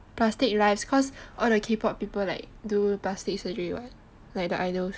plastic lives cause all the kpop people like do plastic surgery what like the idols